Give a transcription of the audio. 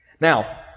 Now